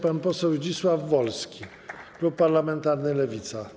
Pan poseł Zdzisław Wolski, klub parlamentarny Lewica.